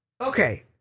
okay